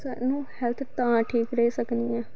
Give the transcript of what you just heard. साढ़ी न हैल्थ तां ठीक रेही सकदी ऐ